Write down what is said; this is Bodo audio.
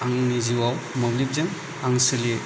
आंनि जिउआव मोनब्लिबजों आं सोलियो